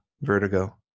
Vertigo